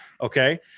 Okay